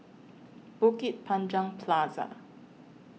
Bukit Panjang Plaza